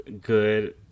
good